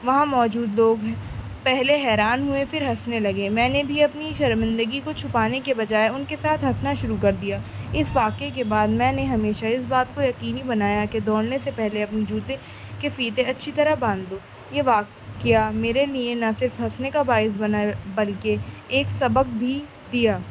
وہاں موجود لوگ پہلے حیران ہوئے پھر ہنسنے لگے میں نے بھی اپنی شرمندگی کو چھپانے کے بجائے ان کے ساتھ ہنسنا شروع کر دیا اس واقعہ کے بعد میں نے ہمیشہ اس بات کو یقینی بنایا کہ دوڑنے سے پہلے اپنے جوتے کے فیتے اچھی طرح باندھ دو یہ واقعہ میرے لیے نہ صرف ہنسنے کا باعث بنا بلکہ ایک سبق بھی دیا